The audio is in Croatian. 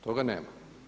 Toga nema.